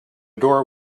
door